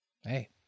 hey